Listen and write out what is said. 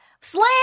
Slam